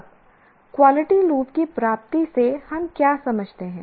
अब quality loop की प्राप्ति से हम क्या समझते हैं